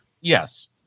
Yes